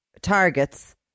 targets